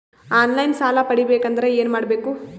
On line ಸಾಲ ಪಡಿಬೇಕಂದರ ಏನಮಾಡಬೇಕು?